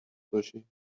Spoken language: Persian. باشی